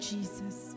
Jesus